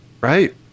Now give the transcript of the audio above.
right